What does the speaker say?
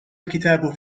الكتاب